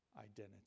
identity